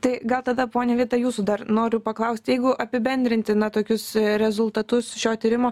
tai gal tada ponia vita jūsų dar noriu paklaust jeigu apibendrinti na tokius rezultatus šio tyrimo